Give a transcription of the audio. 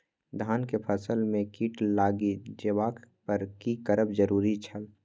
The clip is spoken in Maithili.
धान के फसल में कीट लागि जेबाक पर की करब जरुरी छल?